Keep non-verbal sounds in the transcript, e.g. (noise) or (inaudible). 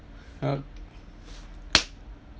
(laughs) (noise)